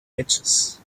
edges